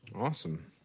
awesome